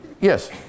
Yes